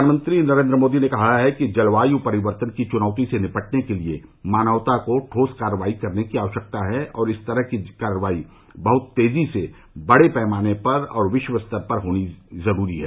प्रधानमंत्री नरेंद्र मोदी ने कहा है कि जलवाय परिवर्तन की चुनौती से निपटने के लिए मानवता को ठोस कार्रवाई करने की आवश्यकता है और इस तरह की कार्रवाई बहुत तेजी से बडे पैमाने पर और विश्व स्तर पर होनी जरूरी है